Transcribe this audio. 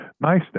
nice